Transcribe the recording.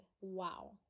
wow